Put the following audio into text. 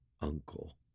uncle